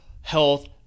health